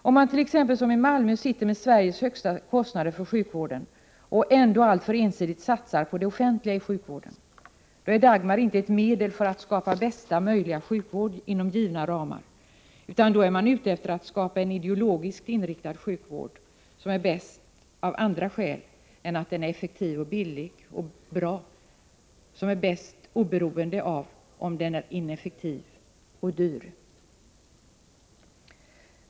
Om man tt.ex. somi Malmö sitter med Sveriges högsta kostnader för sjukvården och ändå alltför ensidigt satsat på det offentliga i sjukvården, är Dagmar inte ett medel för att skapa bästa möjliga sjukvård inom givna ramar, utan man är då ute efter att skapa en ideologiskt inriktad sjukvård som är bäst av andra skäl än att den är effektiv, billig och bra, som är bäst oberoende av om den är ineffektiv och dyr.